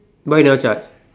why you never charge